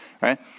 right